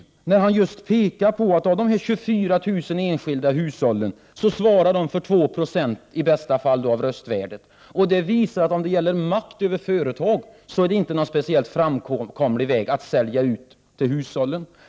Han pekade just på att de 24 000 enskilda hushållen i bästa fall svarar för2 90 av röstvärdet. Det visar att då det gäller makt över företag så är detta att sälja ut aktier till hushållen inte en framkomlig väg.